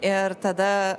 ir tada